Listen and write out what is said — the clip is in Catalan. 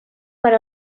per